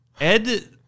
Ed